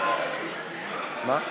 מה?